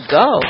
go